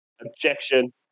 Objection